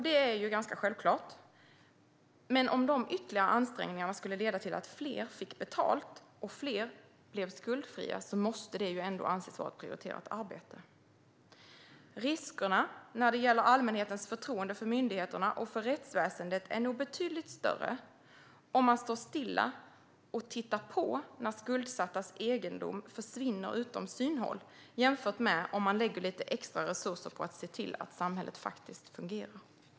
Det är ganska självklart, men om de ytterligare ansträngningarna skulle leda till att fler fick betalt och fler blev skuldfria måste det ändå anses vara prioriterat arbete. Riskerna när det gäller allmänhetens förtroende för myndigheterna och för rättsväsendet är nog betydligt större om man står stilla och tittar på när skuldsattas egendom försvinner utom synhåll jämfört med om man lägger lite extra resurser på att se till att samhället faktiskt fungerar.